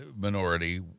Minority